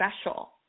special